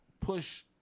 Push